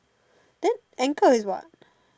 then ankle is what